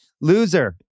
Loser